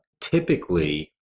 typically